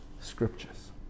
Scriptures